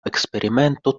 eksperimento